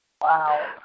Wow